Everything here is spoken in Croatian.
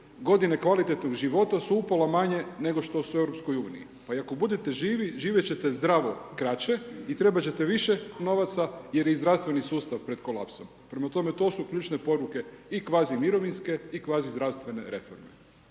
godine kvalitetnog su upola manje nego što su u EU. Pa i ako budete živi, živjet ćete zdravo kraće i trebat ćete više novaca jer je i zdravstveni sustav pred kolapsom. Prema tome, to su ključne poruke i kvazi mirovinske i kvazi zdravstvene reforme.